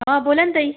हं बोला ना ताई